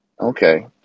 Okay